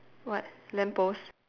what lamppost